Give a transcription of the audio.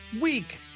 week